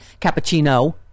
cappuccino